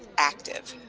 active.